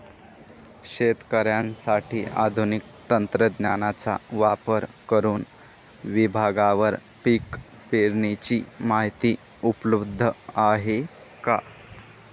शेतकऱ्यांसाठी आधुनिक तंत्रज्ञानाचा वापर करुन विभागवार पीक पेरणीची माहिती उपलब्ध आहे का?